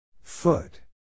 Foot